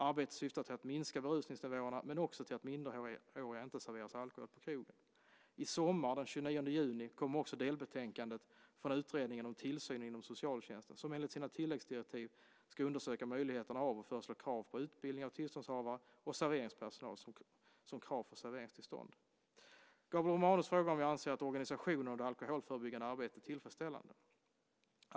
Arbetet syftar till att minska berusningsnivåerna, men också till att minderåriga inte serveras alkohol på krogen. I sommar, den 29 juni, kommer också delbetänkandet från Utredningen om tillsynen inom socialtjänsten som enligt sina tilläggsdirektiv ska undersöka möjligheterna av och föreslå krav på utbildning av tillståndshavare och serveringspersonal som krav för serveringstillstånd. Gabriel Romanus frågar om jag anser att organisationen av det alkoholförebyggande arbetet är tillfredsställande.